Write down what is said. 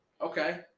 Okay